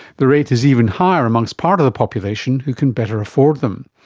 the rate is even higher amongst part of the population who can better afford them.